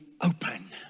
open